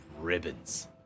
ribbons